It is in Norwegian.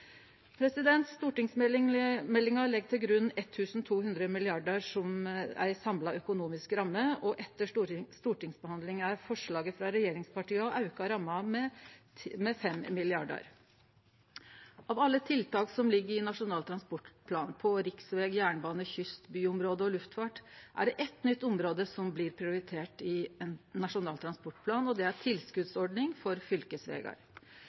legg til grunn 1 200 mrd. kr som ei samla økonomisk ramme, og etter stortingsbehandlinga er forslaget frå regjeringspartia å auke ramma med 5 mrd. kr. Av alle tiltaka som ligg i Nasjonal transportplan når det gjeld riksveg, jernbane, kyst, byområde og luftfart, er det eitt nytt område som blir prioritert i Nasjonal transportplan, og det er tilskotsordninga for fylkesvegar.